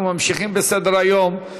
אנחנו ממשיכים בסדר-היום.